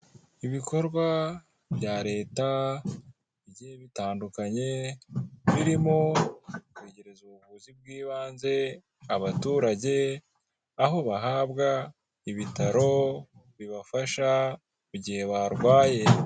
Ibikorwa bya leta bigiye bitandukanye birimo kwegereza ubuvuzi bw'ibanze abaturage aho bahabwa ibitaro bibafasha mu gihe barwaye.